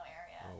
area